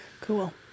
cool